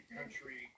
country